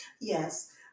Yes